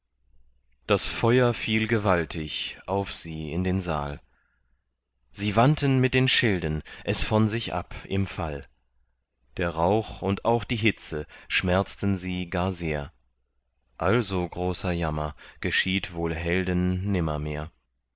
das feuer fiel gewaltig auf sie in den saal sie wandten mit den schilden es von sich ab im fall der rauch und auch die hitze schmerzten sie gar sehr also großer jammer geschieht wohl helden